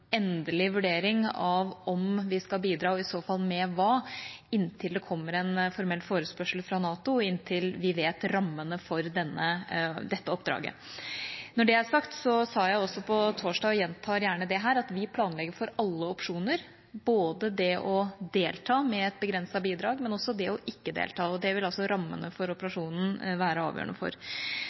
endelig vurdering av om vi skal bidra, og i så fall med hva, inntil det kommer en formell forespørsel fra NATO, og inntil vi vet rammene for dette oppdraget. Når det er sagt, sa jeg også på torsdag, og gjentar det gjerne her, at vi planlegger for alle opsjoner – det å delta med et begrenset bidrag, men også det ikke å delta, og det vil altså rammene for operasjonen være avgjørende for.